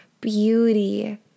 beauty